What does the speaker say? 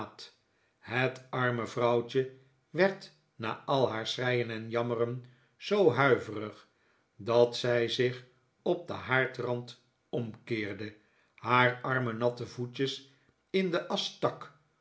het arme vrouwtje werd na al haar schreien en jammeren zoo huiverig dat zij zich op den haardrand omkeerde haar arme natte voetjes in de